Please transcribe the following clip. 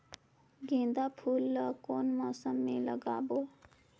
गेंदा फूल ल कौन मौसम मे लगाबो?